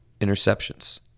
interceptions